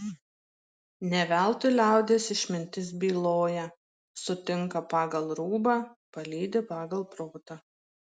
ne veltui liaudies išmintis byloja sutinka pagal rūbą palydi pagal protą